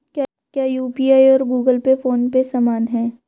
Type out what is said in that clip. क्या यू.पी.आई और Google Pay PhonePe समान हैं?